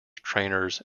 trainers